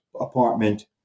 apartment